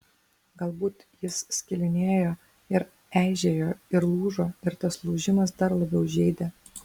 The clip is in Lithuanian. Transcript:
galbūt jis skilinėjo ir eižėjo ir lūžo ir tas lūžimas dar labiau žeidė